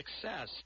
success